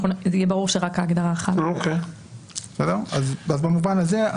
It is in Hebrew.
יהיה ברור שרק ההגדרה --- אז במובן הזה,